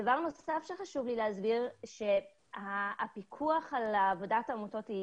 דבר נוסף שחשוב לי לומר זה שהפיקוח על עבודת העמותות הוא